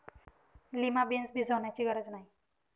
lima beans भिजवण्याची गरज नाही